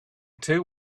two